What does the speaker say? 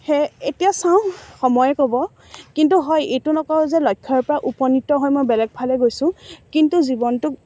সেই এতিয়া চাওঁ সময়ে ক'ব কিন্তু হয় এইটো নকওঁ যে লক্ষ্যৰ পৰা উপনীত হৈ মই বেলেগ ফালে গৈছোঁ কিন্তু জীৱনটোক